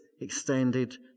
extended